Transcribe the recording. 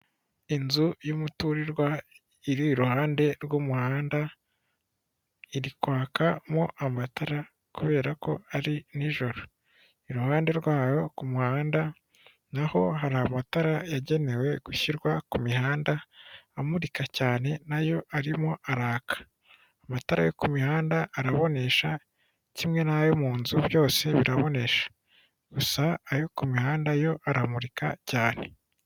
Inzu y'umuturirwa iri iruhande rw'umuhanda, iri kwakamo amatara kubera ko ari n'ijoro iruhande rwayo ku muhanda naho hari amatara yagenewe gushyirwa ku mihanda, amurika cyane nayo arimo araka amatara yo ku mihanda arabonesha kimwe n'ayo mu nzu byose birabonesha gusa ayo ku mihanda yo aramurika cyane.